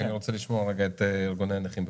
רק אני רוצה לשמוע את ארגוני הנכים,